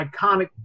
iconic